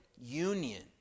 union